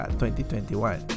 2021